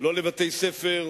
לא לבתי-ספר,